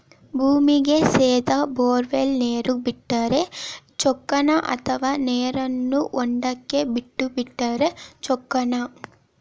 ಭೂಮಿಗೆ ಸೇದಾ ಬೊರ್ವೆಲ್ ನೇರು ಬಿಟ್ಟರೆ ಚೊಕ್ಕನ ಅಥವಾ ನೇರನ್ನು ಹೊಂಡಕ್ಕೆ ಬಿಟ್ಟು ಬಿಟ್ಟರೆ ಚೊಕ್ಕನ?